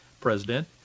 president